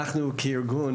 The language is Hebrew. אנחנו כארגון,